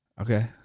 Okay